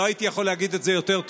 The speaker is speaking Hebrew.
לא הייתי יכול להגיד את זה יותר טוב.